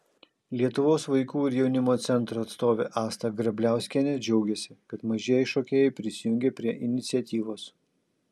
lietuvos vaikų ir jaunimo centro atstovė asta grabliauskienė džiaugėsi kad mažieji šokėjai prisijungė prie iniciatyvos